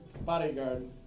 bodyguard